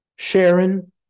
Sharon